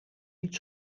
niet